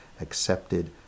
accepted